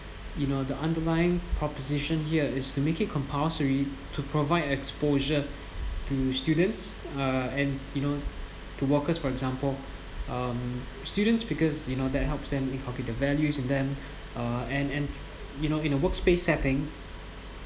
you know the underlying proposition here is to make it compulsory to provide exposure to students uh and you know to workers for example um students because you know that helps them inculcate values in them uh and and you know in a workspace setting